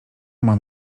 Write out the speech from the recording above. mam